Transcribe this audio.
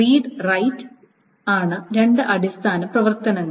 read write read write ആണ് രണ്ട് അടിസ്ഥാന പ്രവർത്തനങ്ങൾ